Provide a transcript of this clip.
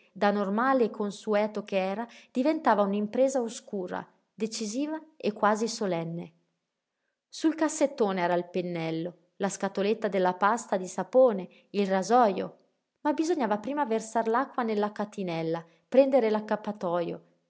da normale e consueto che era diventava un'impresa oscura decisiva e quasi solenne sul cassettone era il pennello la scatoletta della pasta di sapone il rasojo ma bisognava prima versar l'acqua nella catinella prendere accappatojo